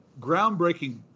groundbreaking